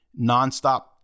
nonstop